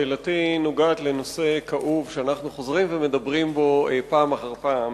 שאלתי נוגעת לנושא כאוב שאנחנו חוזרים ומדברים בו פעם אחר פעם,